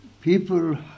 people